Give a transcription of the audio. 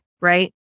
right